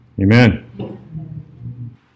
Amen